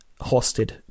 hosted